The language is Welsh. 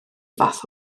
fath